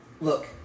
look